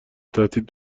تهدید